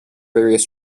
various